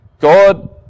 God